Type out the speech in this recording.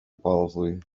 policy